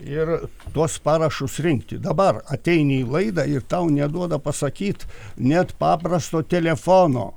ir tuos parašus rinkti dabar ateini į laidą ir tau neduoda pasakyt net paprasto telefono